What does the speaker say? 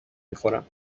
میخورم